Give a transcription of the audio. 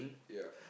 yeah